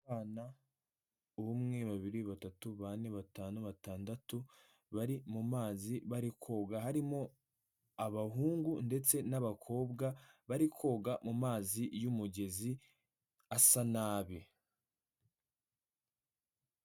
Abana; umwe babiri batatu bane batanu batandatu bari mu mazi bari koga, harimo abahungu ndetse n'abakobwa bari koga mu mazi y'umugezi asa nabi.